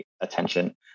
attention